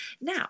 Now